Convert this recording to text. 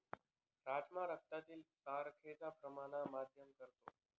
राजमा रक्तातील साखरेच्या प्रमाणाला मध्यम करतो